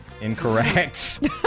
Incorrect